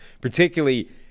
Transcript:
particularly